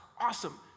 awesome